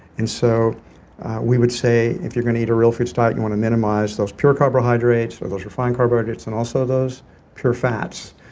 and so we would say if you're going to eat a real foods diet you want to minimize those pure carbohydrates or those refined carbohydrates and also those pure fats.